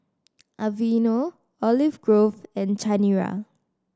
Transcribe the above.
Aveeno Olive Grove and Chanira